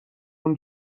اون